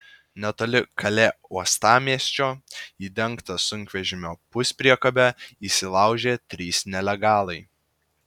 netoli kalė uostamiesčio į dengtą sunkvežimio puspriekabę įsilaužė trys nelegalai